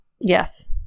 Yes